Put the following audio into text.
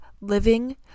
living